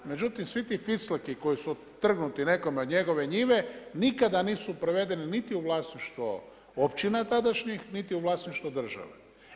Međutim, svi ti ficleki koji su otrgnuti nekome od njegove njive nikada nisu prevedene niti u vlasništvo općina tadašnjih, niti u vlasništvo države.